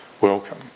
welcome